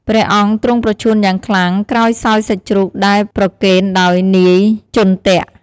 ព្រះអង្គទ្រង់ប្រឈួនយ៉ាងខ្លាំងក្រោយសោយសាច់ជ្រូកដែលប្រគេនដោយនាយចុន្ទៈ។